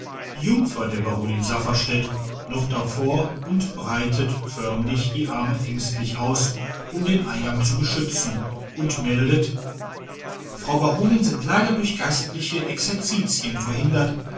jungfer der baronin safferstätt noch davor und breitet förmlich die arme ängstlich aus um den eingang zu beschützen und meldet frau baronin sind leider durch geistliche exerzitien verhindert